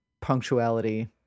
punctuality